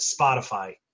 Spotify